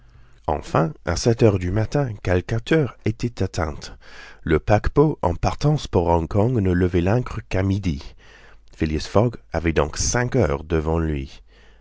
enfin à sept heures du matin calcutta était atteint le paquebot en partance pour hong kong ne levait l'ancre qu'à midi phileas fogg avait donc cinq heures devant lui